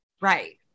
Right